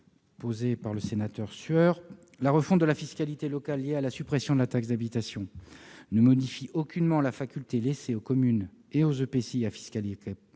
j'ai faite à M. Sueur. La refonte de la fiscalité locale liée à la suppression de la taxe d'habitation ne modifie aucunement la faculté laissée aux communes et aux EPCI à fiscalité propre